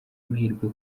amahirwe